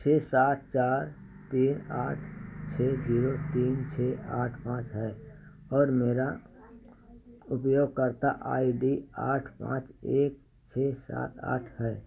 छः सात चार तीन आठ छः जीरो तीन छः आठ पाँच है और मेरा उपयोगकर्ता आई डी आठ पाँच एक छः सात आठ एक है